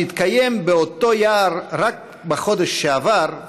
שהתקיים באותו יער רק בחודש שעבר,